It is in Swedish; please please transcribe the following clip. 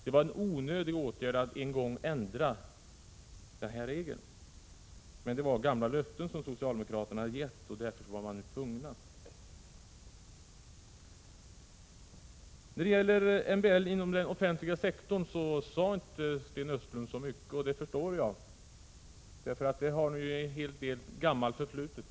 Det var en onödig åtgärd att en gång ändra denna regel. Men det var gamla löften som socialdemokraterna hade gett, därför var de tvungna att genomföra detta. När det gäller MBL inom den offentliga sektorn sade inte Sten Östlund så mycket, och det förstår jag, för där har ni en hel del förflutet.